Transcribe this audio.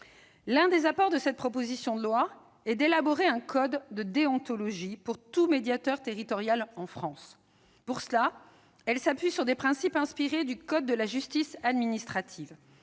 L'un des apports de cette proposition de loi est d'élaborer un code de déontologie pour tout médiateur territorial en France. Pour cela, elle s'appuie sur des principes inspirés du code de justice administrative,